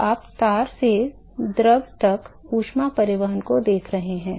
तो आप तार से द्रव तक ऊष्मा परिवहन को देख रहे हैं